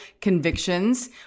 convictions